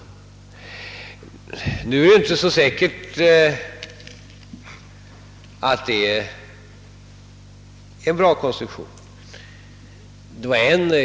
För det andra är det emellertid inte så säkert att det är en god konstruktion.